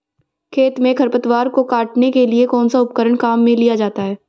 खेत में खरपतवार को काटने के लिए कौनसा उपकरण काम में लिया जाता है?